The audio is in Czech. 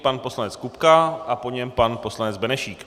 Pan poslanec Kupka a po něm pan poslanec Benešík.